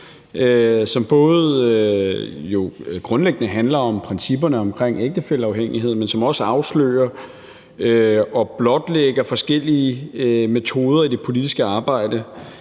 Den handler jo grundlæggende om principperne omkring ægtefælleafhængighed, men den afslører og blotlægger også forskellige metoder i det politiske arbejde.